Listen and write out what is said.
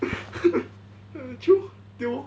true tio bo